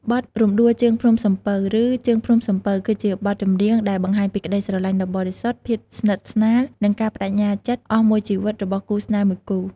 បទ រំដួលជើងភ្នំសំពៅ ឬ ជើងភ្នំសំពៅ គឺជាបទចម្រៀងដែលបង្ហាញពីក្តីស្រឡាញ់ដ៏បរិសុទ្ធ ភាពស្និទ្ធស្នាល និងការប្តេជ្ញាចិត្តអស់មួយជីវិតរបស់គូស្នេហ៍មួយគូ។